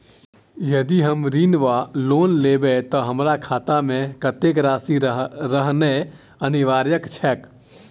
यदि हम ऋण वा लोन लेबै तऽ हमरा खाता मे कत्तेक राशि रहनैय अनिवार्य छैक?